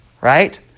Right